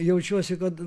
jaučiuosi kad